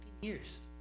years